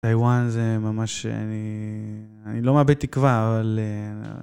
טיוואן זה ממש... אני לא מאבד תקווה, אבל...